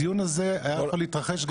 הדיון הזה היה יכול התרחש גם קודם.